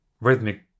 rhythmic